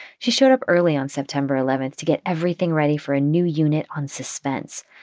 she showed up early on september eleven to get everything ready for a new unit on suspense.